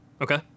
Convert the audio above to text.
Okay